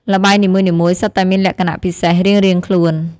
ល្បែងនីមួយៗសុទ្ធតែមានលក្ខណៈពិសេសរៀងៗខ្លួន។